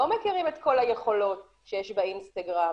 לא מכירים את כל היכולות שיש באינסטגרם